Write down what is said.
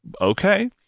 Okay